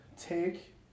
take